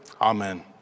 Amen